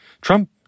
Trump